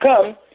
come